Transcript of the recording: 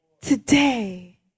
today